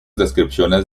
descripciones